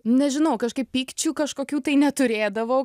nežinau kažkaip pykčių kažkokių tai neturėdavau